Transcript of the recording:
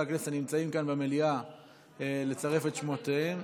הכנסת הנמצאים כאן במליאה לצרף את שמותיהם.